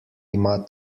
ima